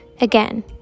Again